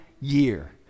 year